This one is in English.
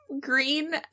green